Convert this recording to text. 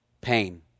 Pain